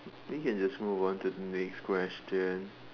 I think we can just move on to the next question